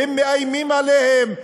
הם מאיימים עליהם,